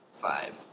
five